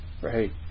Right